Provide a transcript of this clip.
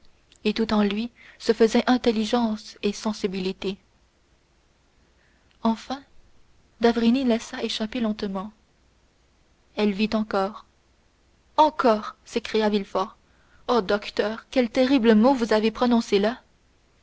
et tout en lui se faisait intelligence et sensibilité enfin d'avrigny laissa échapper lentement elle vit encore encore s'écria villefort oh docteur quel terrible mot vous avez prononcé là